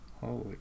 Holy